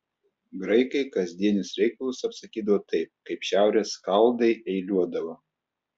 graikai kasdienius reikalus apsakydavo taip kaip šiaurės skaldai eiliuodavo